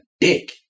dick